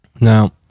Now